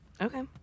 Okay